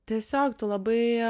tiesiog tu labai